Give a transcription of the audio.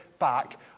back